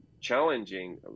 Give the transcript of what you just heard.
challenging